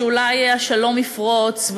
שאולי השלום יפרוץ,